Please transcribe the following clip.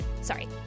Sorry